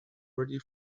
ready